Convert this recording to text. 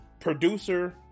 producer